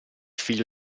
figlio